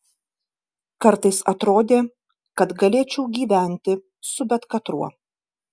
kartais atrodė kad galėčiau gyventi su bet katruo